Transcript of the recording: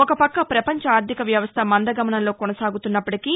ఒక పక్క ప్రపంచ ఆర్థిక వ్యవస్థ మందగమనంలో కొనసాగుతున్నప్పటికీ